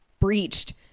breached